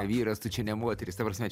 vyras tu čia ne moteris ta prasme